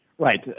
Right